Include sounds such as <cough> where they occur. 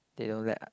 they don't let <noise>